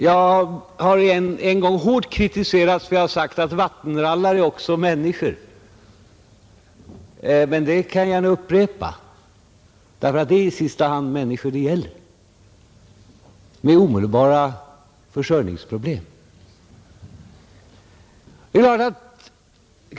Jag har en gång hårt kritiserats för att jag sagt att vattenrallare också är människor, men jag kan gärna upprepa det nu därför att det är i sista hand människor med omedelbara försörjningsproblem det gäller.